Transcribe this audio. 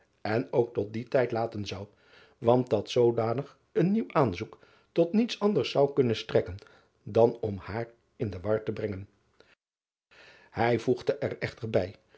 en ook tot dien tijd laten zou want dat zoodanig een nieuw aanzoek tot niets anders zou kunnen strekken dan om haar in de war te brengen ij voegde er echter bij